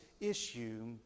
issue